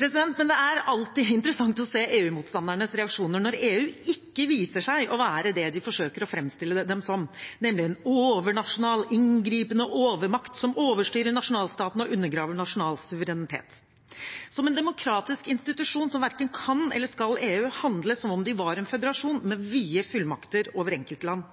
Det er alltid interessant å se EU-motstandernes reaksjoner når EU ikke viser seg å være det de forsøker å fremstille det som, nemlig en overnasjonal inngripende overmakt som overstyrer nasjonalstaten og undergraver nasjonal suverenitet. Som en demokratisk institusjon verken kan eller skal EU handle som om de var en føderasjon med vide fullmakter over enkeltland.